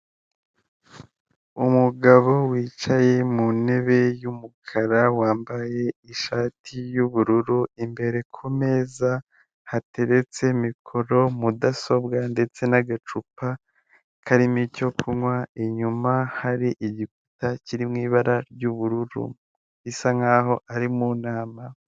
Umugabo wicaye mu ntebe y'umukara wambaye ishati y'ubururu, imbere ku meza hateretse mikoro, mudasobwa ndetse n'agacupa karimo icyo kunywa, inyuma hari igikuta kiri mu ibara ry'ubururu bisa nkaho ari mu nama.